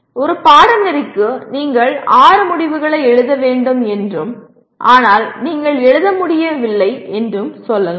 ஒரு பாடநெறிக்கு நீங்கள் ஆறு முடிவுகளை எழுத வேண்டும் என்றும் ஆனால் நீங்கள் எழுத முடியவில்லை என்றும் சொல்லலாம்